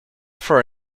for